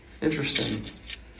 Interesting